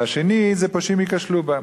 והשני זה פושעים ייכשלו בם.